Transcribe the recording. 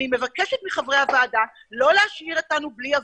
אני מבקשת מחברי הוועדה לא להשאיר אותנו בלי אוויר,